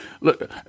look